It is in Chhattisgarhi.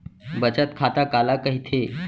बचत खाता काला कहिथे?